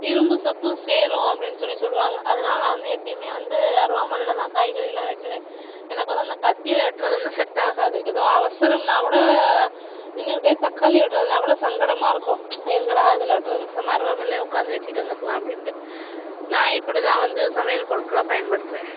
இரும்பு சத்தும் சேரும் அப்படினு சொல்லி சொல்வாங்க அதனால நான் வந்து எப்பயுமே வந்து அருவாமனையில் தான் காய்கறிலாம் வெட்டுவேன் எனக்கு வந்து அந்த கத்தியில் வெட்டுறது வந்து செட்டாகாது எதோ அவசரம்னா கூட நின்றுக்கிட்டே தக்காளி வெட்டுறதுனா கூட சங்கடமாயிருக்கும் எங்கடா இதில் வெட்டுறது பேசாமல் அருவாமனையிலேயே உட்காந்து வெட்டிவிட்டு வந்திருக்கலாம் அப்படின்ட்டு நான் இப்படிதான் வந்து சமையல் பொருட்களை பயன்படுத்துவேன்